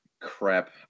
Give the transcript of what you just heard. crap